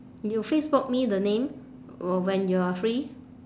you facebook me the name when you are free